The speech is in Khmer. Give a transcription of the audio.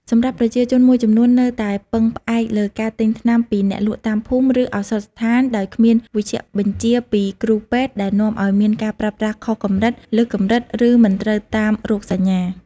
សម្រាប់ប្រជាជនមួយចំនួននៅតែពឹងផ្អែកលើការទិញថ្នាំពីអ្នកលក់តាមភូមិ ឬឱសថស្ថានដោយគ្មានវេជ្ជបញ្ជាពីគ្រូពេទ្យ ដែលនាំឱ្យមានការប្រើថ្នាំខុសកម្រិត លើសកម្រិត ឬមិនត្រូវតាមរោគសញ្ញា។